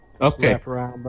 Okay